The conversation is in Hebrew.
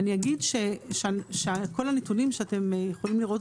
אני אגיד שכל הנתונים שאתם יכולים לראות